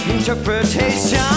Interpretation